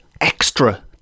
extra